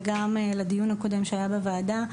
וגם לדיון הקודם שהיה בוועדה,